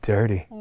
Dirty